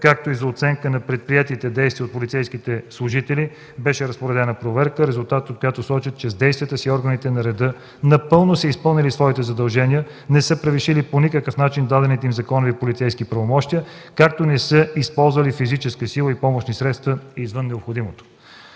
както и за оценка на предприетите действия от полицейските служители, беше разпоредена проверка, резултатите от която сочат, че с действията си органите на реда напълно са изпълнили своите задължения; не са превишили по никакъв начин дадените им законови полицейски правомощия, както и не са използвали физическа сила и помощни средства извън необходимото.